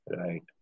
Right